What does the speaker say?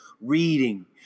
reading